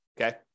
okay